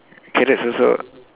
carrots also